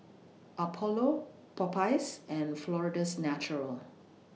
Apollo Popeyes and Florida's Natural